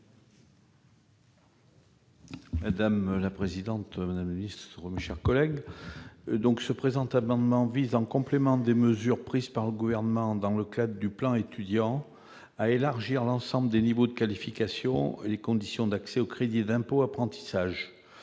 : La parole est à M. Daniel Chasseing. Le présent amendement vise, en complément des mesures prises par le Gouvernement dans le cadre du plan Étudiants, à élargir à l'ensemble des niveaux de qualification les conditions d'accès au crédit d'impôt apprentissage.